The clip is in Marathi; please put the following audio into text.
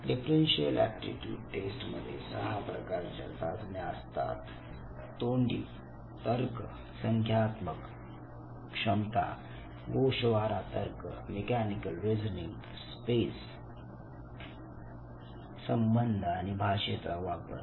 डिफरन्सियल एप्टीट्यूड टेस्ट मध्ये सहा प्रकारच्या चाचण्या असतात तोंडी तर्क संख्यात्मक क्षमता गोषवारा तर्क मेकॅनिकल रीझनिंग स्पेस संबंध आणि भाषेचा वापर